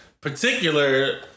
particular